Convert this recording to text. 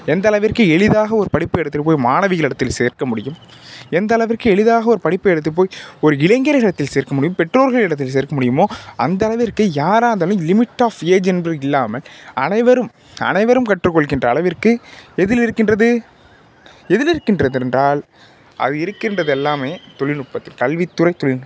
எந்த அளவிற்கு எளிதாக ஒரு படிப்ப எடுத்துட்டு போயி ஒரு மாணவிகளிடத்தில் சேர்க்க முடியும் எந்த அளவிற்கு எளிதாக ஒரு படிப்பை எடுத்துட்டு போய் ஒரு இளைஞர்களிடத்தில் சேர்க்க முடியும் பெற்றோர்கள் இடத்தில் சேர்க்க முடியுமோ அந்த அளவிற்கு யாராக இருந்தாலும் லிமிட் ஆப் ஏஜ் என்பது இல்லாமல் அனைவரும் அனைவரும் கற்றுக்கொள்கின்ற அளவிற்கு எதில் இருக்கின்றது எதில் இருக்கின்றது என்றால் அதில் இருக்கின்றது எல்லாமே தொழில்நுட்பம் கல்வித்துறை தொழில்நுட்பம்